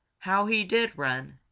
how he did run!